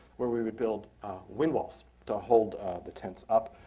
where we would build wind walls to hold the tents up.